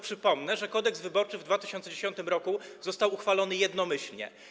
Przypomnę, że Kodeks wyborczy w 2010 r. został uchwalony jednomyślnie.